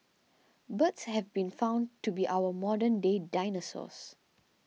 birds have been found to be our modern day dinosaurs